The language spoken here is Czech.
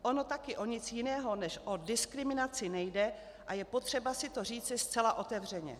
Ono také o nic jiného než o diskriminaci nejde a je potřeba si to říci zcela otevřeně.